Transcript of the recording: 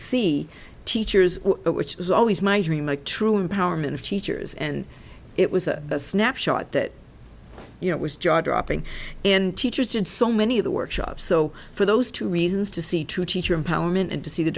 see teachers which was always my dream a true empowerment of teachers and it was a snapshot that you know was jaw dropping and teachers and so many of the workshops so for those two reasons to see two teacher empowerment and to see the